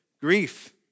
grief